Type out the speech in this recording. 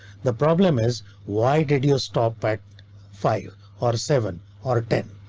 the problem is why did you stop at five or seven or ten?